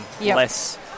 Less